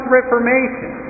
Reformation